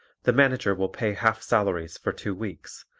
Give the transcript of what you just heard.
the manager will pay half salaries for two weeks,